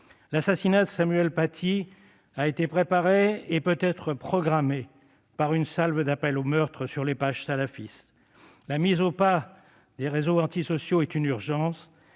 L'assassinat de Samuel Paty a été préparé, et peut-être programmé, par une salve d'appels aux meurtres sur les pages salafistes. La mise au pas des réseaux « antisociaux » est une urgence,